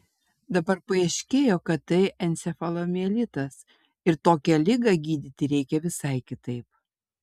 dabar paaiškėjo kad tai encefalomielitas ir tokią ligą gydyti reikia visai kitaip